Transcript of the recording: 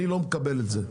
אני לא מקבל את זה.